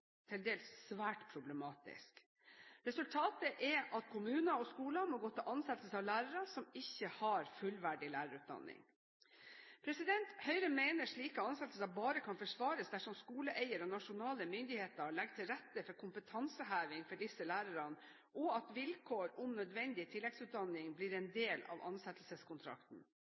til dels svært problematisk. Resultatet er at kommuner og skoler må gå til ansettelse av lærere som ikke har en fullverdig lærerutdanning. Høyre mener slike ansettelser bare kan forsvares dersom skoleeier og nasjonale myndigheter legger til rette for kompetanseheving for disse lærerne, og at vilkår om nødvendig tilleggsutdanning blir en del av ansettelseskontrakten.